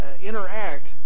interact